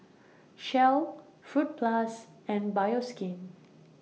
Shell Fruit Plus and Bioskin